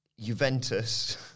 juventus